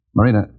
Marina